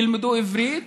ילמדו עברית,